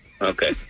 Okay